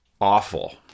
awful